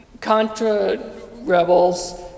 contra-rebels